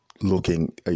looking